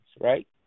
right